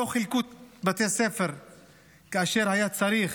לא חילקו בתי ספר כאשר היה צריך,